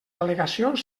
al·legacions